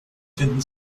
finden